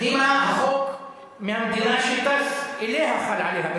פנימה, החוק מהמדינה שטס אליה חל עליה.